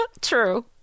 true